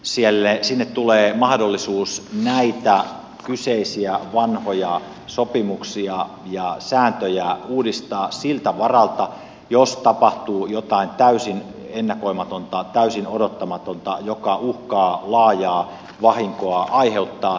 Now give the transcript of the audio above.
nyt sinne tulee mahdollisuus näitä kyseisiä vanhoja sopimuksia ja sääntöjä uudistaa siltä varalta että tapahtuu jotain täysin ennakoimatonta täysin odottamatonta joka uhkaa laajaa vahinkoa aiheuttaa